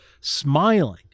smiling